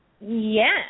Yes